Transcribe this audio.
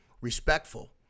respectful